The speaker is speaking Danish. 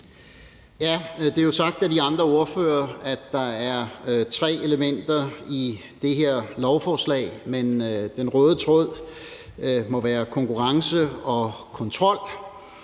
jo blevet sagt af de andre ordførere, at der er tre elementer i det her lovforslag, men den røde tråd må være konkurrence og kontrol.